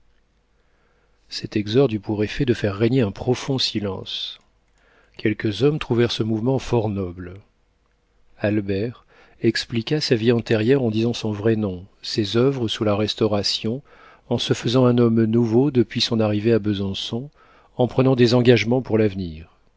cet exorde eut pour effet de faire régner un profond silence quelques hommes trouvèrent ce mouvement fort noble albert expliqua sa vie antérieure en disant son vrai nom ses oeuvres sous la restauration en se faisant un homme nouveau depuis son arrivée à besançon en prenant des engagements pour l'avenir